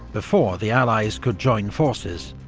before the allies could join forces,